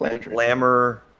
Glamour